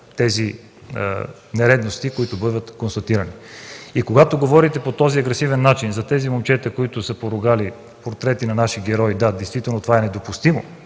тези нередности, които бъдат констатирани. Когато говорите по този агресивен начин за тези момчета, които са поругали портрети на наши герои, да, действително това е недопустимо